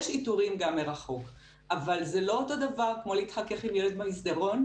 יש איתורים גם מרחוק אבל זה לא אותו דבר כמו להתחכך עם ילד במסדרון,